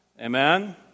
Amen